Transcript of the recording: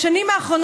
הרי בשנים האחרונות,